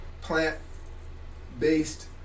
plant-based